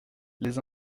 les